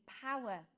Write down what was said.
power